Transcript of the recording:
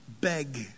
Beg